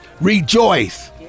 Rejoice